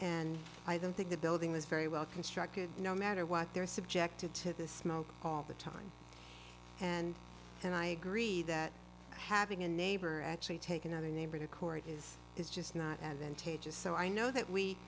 and i don't think the building is very well constructed no matter what they're subjected to the smoke all the time and and i agree that having a neighbor actually take another neighbor to court is is just not advantageous so i know that we